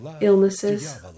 illnesses